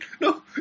No